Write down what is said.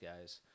guys